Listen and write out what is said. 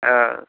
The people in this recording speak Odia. ଆଉ